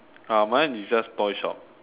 uh mine is just toy shop